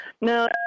No